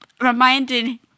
reminding